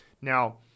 Now